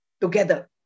together